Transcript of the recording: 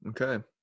Okay